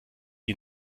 ihr